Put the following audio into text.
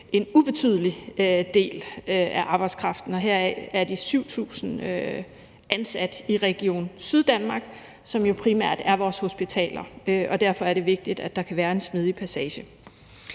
en ubetydelig del af arbejdskraften, og heraf er de 7.000 ansat i Region Syddanmark, som jo primært er vores hospitaler, og derfor er det vigtigt, at der kan være en smidig passage.